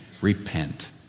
Repent